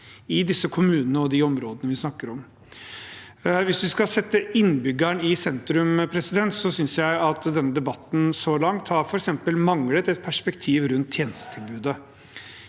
i kommunene og områdene vi snakker om. Hvis vi skal sette innbyggerne i sentrum, synes jeg denne debatten så langt f.eks. har manglet et perspektiv rundt tjenestetilbudet.